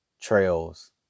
trails